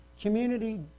Community